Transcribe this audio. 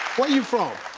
where you from?